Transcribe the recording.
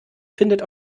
findet